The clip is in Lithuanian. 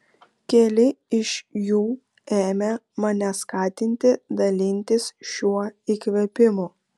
keli iš jų ėmė mane skatinti dalintis šiuo įkvėpimu